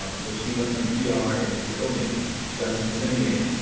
um so she went from pr into filmmaking justin simeon,